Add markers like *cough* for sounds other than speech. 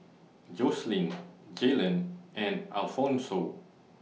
Jocelyn *noise* Jalen and Alphonso